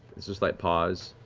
there's a slight pause.